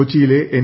കൊച്ചിയിലെ എൻ